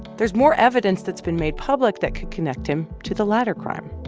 there's more evidence that's been made public that could connect him to the latter crime,